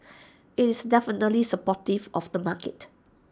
IT is definitely supportive of the market